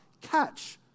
catch